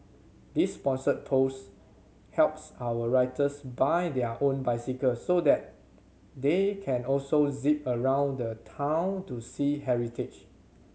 this sponsored post helps our writers buy their own bicycles so that they can also zip around town to see heritage